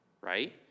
Right